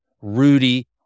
Rudy